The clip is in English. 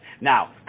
Now